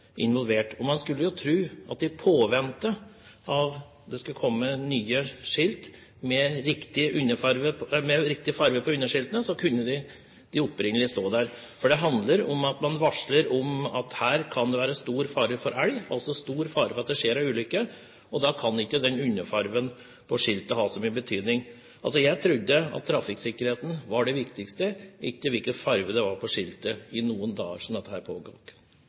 involvert, og man skulle jo tro at i påvente av at det skulle komme nye skilt med riktig farge på underskiltene, så kunne de opprinnelige stå der. Det handler om at man varsler at her kan det være stor fare for elg, altså at det er stor fare for at det skjer en ulykke, og da kan ikke fargen på skiltet under ha så stor betydning. Jeg trodde at trafikksikkerheten var det viktigste, ikke hvilken farge det var på skiltet i noen dager som dette pågikk. Trafikktryggleik er det